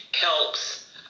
helps